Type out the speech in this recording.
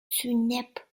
zeynep